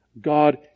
God